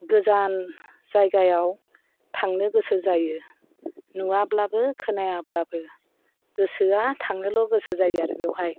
गोजान जायगायाव थांनो गोसो जायो नुवाब्लाबो खोनायाब्लाबो गोसोआ थांनोल' गोसो जायो आरो बेवहाय